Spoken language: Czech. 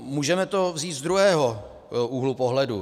Můžeme to vzít z druhého úhlu pohledu.